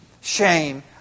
Shame